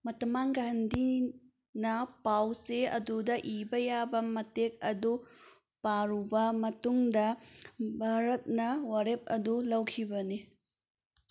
ꯃꯥꯇꯃꯥ ꯒꯥꯟꯙꯤꯅ ꯄꯥꯎ ꯆꯦ ꯑꯗꯨꯗ ꯏꯕ ꯌꯥꯕ ꯃꯇꯦꯛ ꯑꯗꯨ ꯄꯥꯔꯨꯕ ꯃꯇꯨꯡꯗ ꯚꯥꯔꯠꯅ ꯋꯥꯔꯦꯞ ꯑꯗꯨ ꯂꯧꯈꯤꯕꯅꯤ